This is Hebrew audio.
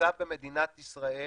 במצב במדינת ישראל